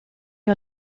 are